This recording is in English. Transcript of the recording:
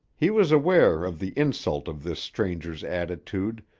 he was aware of the insult of this stranger's attitude,